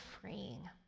freeing